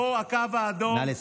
פה הקו האדום, אל תעבור אותו.